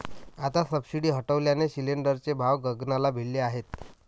आता सबसिडी हटवल्याने सिलिंडरचे भाव गगनाला भिडले आहेत